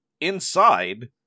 inside